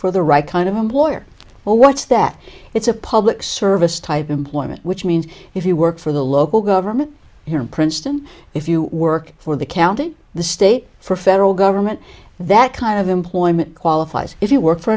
for the right kind of employer or what's that it's a public service type employment which means if you work for the local government here in princeton if you work for the county the state for federal government that kind of employment qualifies if you work for